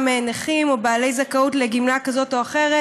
נכים או בעלי זכאות לגמלה כזאת או אחרת,